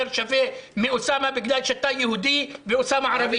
שווה מאוסאמה בגלל שאתה יהודי ואוסאמה ערבי.